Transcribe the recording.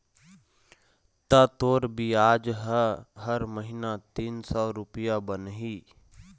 ता तोर बियाज ह हर महिना तीन सौ रुपया बनही